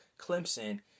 Clemson